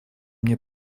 мне